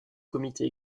comité